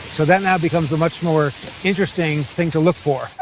so that now becomes a much more interesting thing to look for.